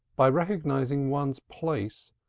by recognizing one's place,